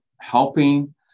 helping